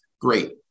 Great